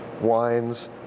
wines